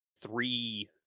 three